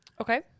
Okay